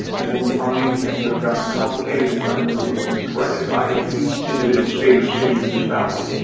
and where we find things that have gotten complicated, we try and go get those things corrected by each individual state or city or municipality.